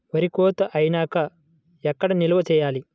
వరి కోత అయినాక ఎక్కడ నిల్వ చేయాలి?